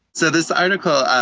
so this article